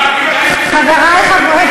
חברי חברי,